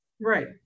Right